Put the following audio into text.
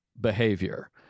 behavior